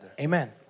Amen